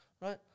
right